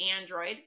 Android